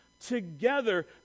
together